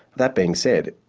that being said,